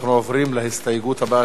אנחנו עוברים להסתייגות הבאה,